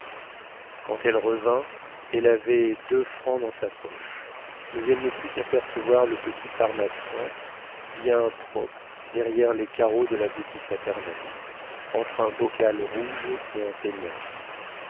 quand elle revint elle avait deux francs dans sa poche mais elle ne put qu'apercevoir le petit pharmacien bien propre derrière les carreaux de la boutique paternelle entre un bocal rouge et un ténia